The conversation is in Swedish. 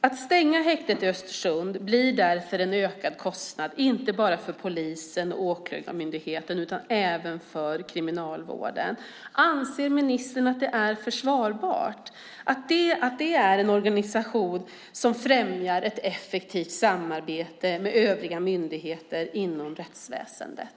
Att stänga häktet i Östersund blir därför en ökad kostnad inte bara för polisen och Åklagarmyndigheten utan även för Kriminalvården. Anser ministern att det är försvarbart, att det är en organisation som främjar ett effektivt samarbete med övriga myndigheter inom rättsväsendet?